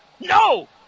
no